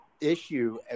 issue